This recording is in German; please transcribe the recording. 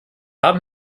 haben